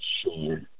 sure